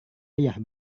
ayah